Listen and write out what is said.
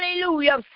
hallelujah